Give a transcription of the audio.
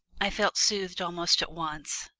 i felt soothed almost at once,